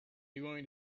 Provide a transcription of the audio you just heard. are